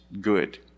good